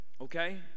Okay